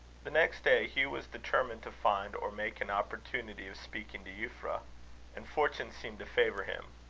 the next day, hugh was determined to find or make an opportunity of speaking to euphra and fortune seemed to favour him.